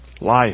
Life